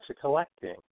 collecting